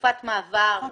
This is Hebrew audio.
תקופת מעבר.